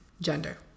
gender